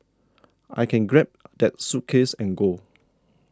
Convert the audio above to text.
I can grab that suitcase and go